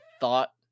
thought